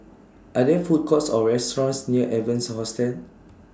Are There Food Courts Or restaurants near Evans Hostel